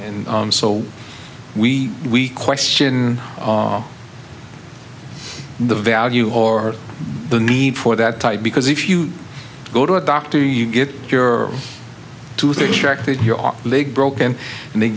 and so we we question the value or the need for that type because if you go to a doctor you get your tooth extracted your leg broken and they